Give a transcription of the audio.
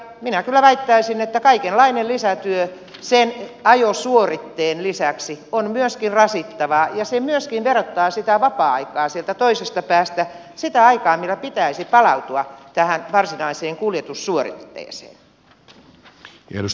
minä kyllä väittäisin että kaikenlainen lisätyö sen ajosuoritteen lisäksi on myöskin rasittavaa ja se myöskin verottaa vapaa aikaa sieltä toisesta päästä sitä aikaa millä pitäisi palautua tähän varsinaiseen kuljetussuoritteeseen